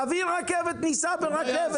תביא רכבת, ניסע ברכבת.